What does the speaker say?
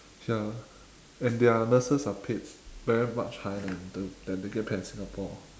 ya and their nurses are paid very much higher than the than they get paid in singapore